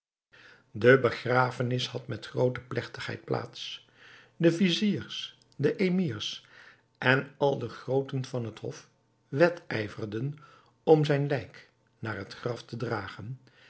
de begrafenis had met groote plegtigheid plaats de viziers de emirs en al de grooten van het hof wedijverden om zijn lijk naar het graf te dragen